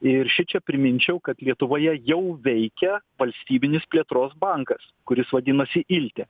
ir šičia priminčiau kad lietuvoje jau veikia valstybinis plėtros bankas kuris vadinasi ilte